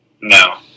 No